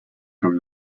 from